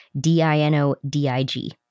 D-I-N-O-D-I-G